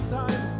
time